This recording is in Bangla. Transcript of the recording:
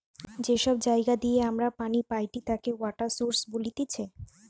যে সব জায়গা দিয়ে আমরা পানি পাইটি তাকে ওয়াটার সৌরস বলতিছে